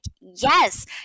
yes